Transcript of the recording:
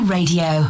Radio